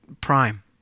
Prime